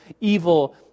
evil